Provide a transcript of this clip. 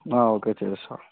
okay చేస్తా